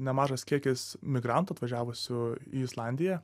nemažas kiekis migrantų atvažiavusių į islandiją